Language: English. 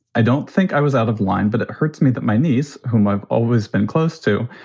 i don't think i was out of line, but it hurts me that my niece, whom i've always been close to,